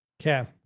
okay